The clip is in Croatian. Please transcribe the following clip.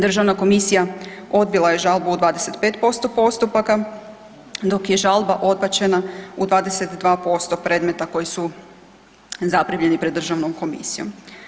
Državna komisija odbila je žalbu u 25% postupaka, dok je žalba odbačena u 22% predmeta koji su zaprimljeni pred državnom komisijom.